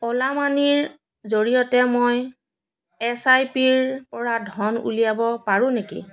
অ'লা মানিৰ জৰিয়তে মই এছ আই পিৰপৰা ধন উলিয়াব পাৰোঁ নেকি